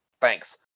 thanks